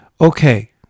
okay